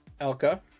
Elka